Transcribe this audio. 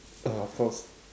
uh of course